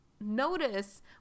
notice